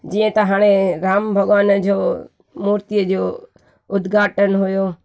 जीअं त हाणे राम भॻवान जो मूर्तीअ जो उद्घाटन हुयो